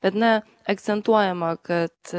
bet na akcentuojama kad